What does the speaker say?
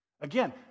Again